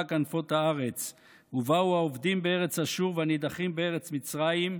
כנפות הארץ"; "ובאו האבדים בארץ אשור והנדחים בארץ מצרים,